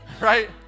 right